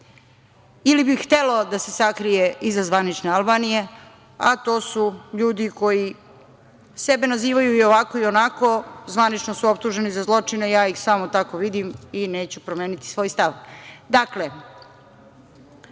ili bi htelo da se sakrije iza zvanične Albanije, a to su ljudi koji sebe nazivaju i ovako i onako, a zvanično su optuženi za zločine. Ja ih samo tako vidim i neću promeniti svoj